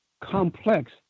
complex